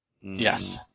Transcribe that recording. Yes